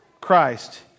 Christ